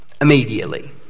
immediately